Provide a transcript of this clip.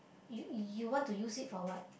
you you want to use it for what